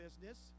business